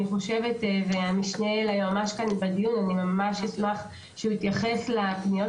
אני ממש אשמח שהמשנה ליועמ"שית יתייחס לפניות